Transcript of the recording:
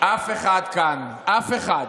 אף אחד כאן, אף אחד,